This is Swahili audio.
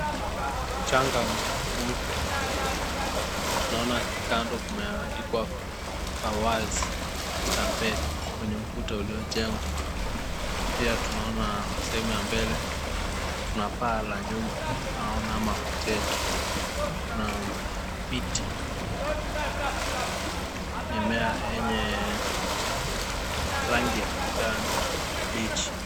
Mchanga mweupe naona kando kumeandikwa, Fawaz Stampede kwenye ukuta uliojengwa. Pia tunaona sehemu ya mbele na paa la nyumba tunaona mahoteli. Kuna miti mimea yenye rangi ya kijani kibichi.